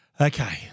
Okay